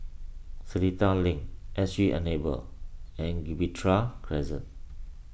Seletar Link S G Enable and Gibraltar Crescent